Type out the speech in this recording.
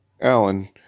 Alan